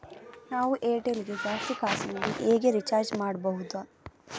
ನಾವು ಏರ್ಟೆಲ್ ಗೆ ಜಾಸ್ತಿ ಕಾಸಿನಲಿ ಹೇಗೆ ರಿಚಾರ್ಜ್ ಮಾಡ್ಬಾಹುದು?